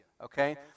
okay